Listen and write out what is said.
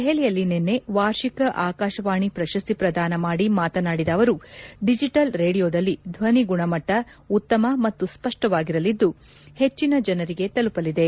ದೆಹಲಿಯಲ್ಲಿ ನಿನ್ನೆ ವಾರ್ಷಿಕ ಆಕಾಶವಾಣಿ ಪ್ರಶಸ್ತಿ ಪ್ರದಾನ ಮಾಡಿ ಮಾತನಾಡಿದ ಅವರು ಡಿಜಬಲ್ ರೇಡಿಯೋದಲ್ಲಿ ಧ್ವನಿ ಗುಣಮಟ್ಟ ಉತ್ತಮ ಮತ್ತು ಸ್ಪಷ್ಟವಾಗಿರಲಿದ್ದು ಪೆಚ್ಚಿನ ಜನರಿಗೆ ತಲುಪಲಿದೆ